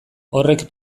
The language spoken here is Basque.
horrek